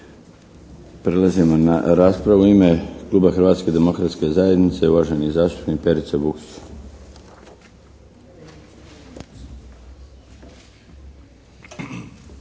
prelazimo na raspravu. U ime Kluba Hrvatske demokratske zajednice uvaženi zastupnik Perica Bukić.